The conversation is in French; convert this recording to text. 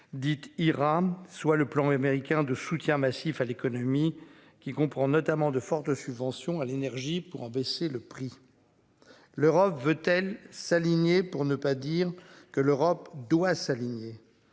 Dite IRAM soit le plan américain de soutien massif à l'économie, qui comprend notamment de fortes. Subventions à l'énergie pour en baisser le prix. L'Europe veut-elle s'aligner pour ne pas dire que l'Europe doit s'aligner,